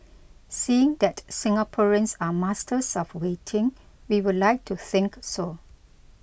seeing that Singaporeans are masters of waiting we would like to think so